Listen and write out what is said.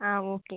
ആ ഓക്കെ